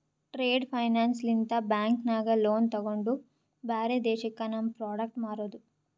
trade finance ಲಿಂತ bank ನಾಗ್ loan ತೊಗೊಂಡು ಬ್ಯಾರೆ ದೇಶಕ್ಕ ನಮ್ ಪ್ರೋಡಕ್ಟ್ ಮಾರೋದು